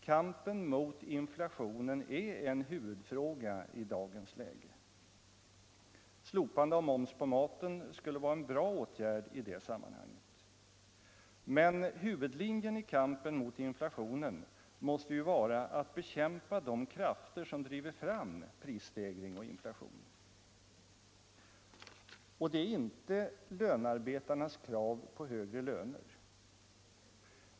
Kampen mot inflationen är en huvudfråga i dagens läge. Slopande av moms på maten skulle vara en bra åtgärd i det sammanhanget. Men huvudlinjen i kampen mot inflationen måste ju vara att bekämpa de krafter som driver fram prisstegring och inflation. Och det är inte lönearbetarnas krav på högre löner.